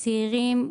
צעירים,